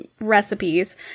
recipes